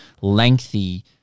lengthy